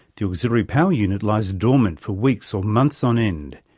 the auxiliary power unit lies dormant for weeks or months on end,